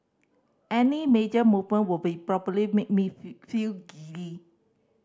any major movement would be probably made me feel giddy